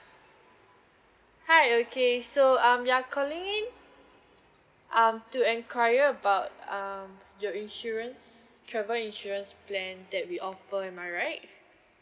hi okay so um you're calling in um to enquire about um your insurance travel insurance plan that we offer am I right